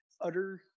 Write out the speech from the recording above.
utter